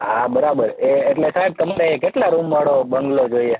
હા બરાબર એ એટલે સાહેબ તમને કેટલા રૂમવાળો બંગલો જોઈએ